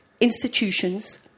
institutions